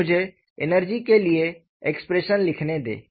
तो मुझे एनर्जी के लिए एक्सप्रेशन लिखने दें